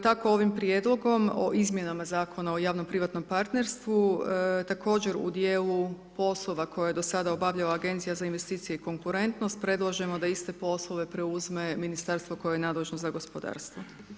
Tako ovim prijedlogom o izmjenama Zakona o javno privatnom partnerstvu, također u dijelu poslova koje je do sada obavljala Agencija za investicije i konkurentnost, predlažemo da iste poslove preuzme Ministarstvo koje je nadležno za gospodarstvo.